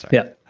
yeah.